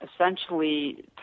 essentially